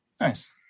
Nice